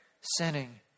sinning